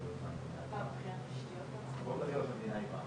בסוף כולם יהיו חיים מאותו תקן 21 ומאותם היבטים